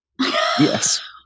Yes